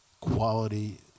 quality